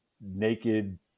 naked